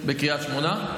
במוקד, בקריית שמונה?